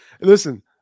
listen